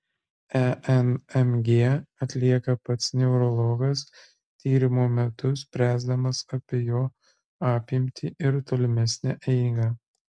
enmg atlieka pats neurologas tyrimo metu spręsdamas apie jo apimtį ir tolimesnę eigą